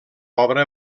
obra